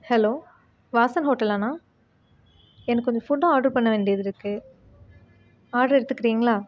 hello Vasan ஹோட்டலாண்ணா எனக்கு கொஞ்சம் ஃபுட்டு ஆர்டர் பண்ண வேண்டியது இருக்கு ஆர்ட்ரு எடுத்துக்கிறீங்களா